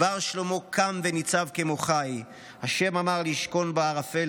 דבר שלמה קם וניצב כמו חי: 'ה' אמר לשכן בערפל.